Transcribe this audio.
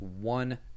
one